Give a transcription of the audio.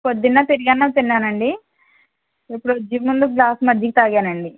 పొద్దున్న పెరుగన్నం తిన్నానండి ఇప్పుడు వచ్చేముందు గ్లాసు మజ్జిగ తాగానండి